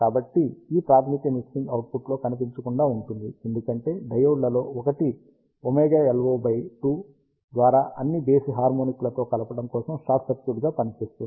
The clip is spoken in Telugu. కాబట్టి ఈ ప్రాథమిక మిక్సింగ్ అవుట్పుట్లో కనిపించకుండా ఉంటుంది ఎందుకంటే డయోడ్ ల లో ఒకటి ωLO బై 2 ద్వారా అన్నిబేసి హార్మోనిక్లతో కలపడం కోసం షార్ట్ సర్క్యూట్గా పనిచేస్తుంది